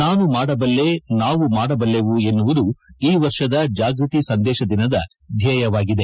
ನಾನು ಮಾಡಬಲ್ಲೆ ನಾವು ಮಾಡಬಲ್ಲೆವು ಎನ್ನುವುದು ಈ ವರ್ಷದ ಜಾಗ್ನತಿ ಸಂದೇಶದ ದಿನದ ಧ್ಯೇಯವಾಗಿದೆ